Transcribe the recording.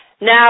Now